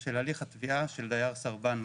של הליך התביעה של דייר סרבן.